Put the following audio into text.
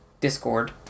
discord